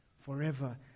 forever